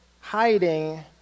hiding